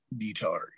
detailer